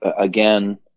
again